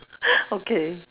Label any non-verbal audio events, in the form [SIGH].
[BREATH] okay